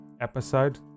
episode